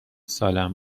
سالم